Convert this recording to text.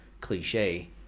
cliche